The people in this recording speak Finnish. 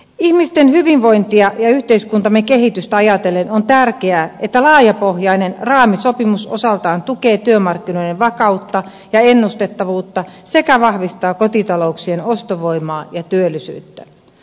ihmisten hyvinvointia ja yhteiskuntamme kehitystä ajatellen on tärkeää että laajapohjainen raamisopimus osaltaan tukee työmarkkinoiden vakautta ja ennustettavuutta sekä vahvistaa kotitalouksien ostovoimaa ja työllisyyttä